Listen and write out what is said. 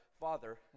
Father